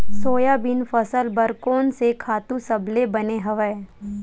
Soybean फसल बर कोन से खातु सबले बने हवय?